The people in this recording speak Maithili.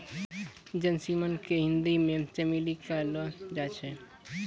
जैस्मिन के हिंदी मे चमेली कहलो जाय छै